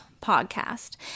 podcast